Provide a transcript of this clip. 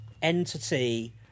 entity